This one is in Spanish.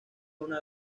una